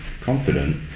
confident